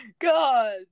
God